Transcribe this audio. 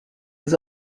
was